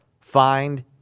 Find